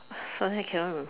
suddenly I cannot remember